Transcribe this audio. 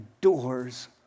doors